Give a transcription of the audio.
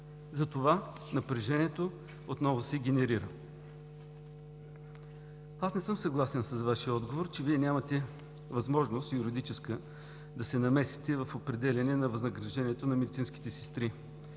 Затова напрежението отново се генерира. Аз не съм съгласен с Вашия отговор, че Вие нямате юридическа възможност да се намесите в определяне на възнаграждението на медицинските сестри.